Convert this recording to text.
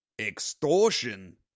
Extortion